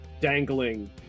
dangling